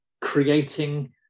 creating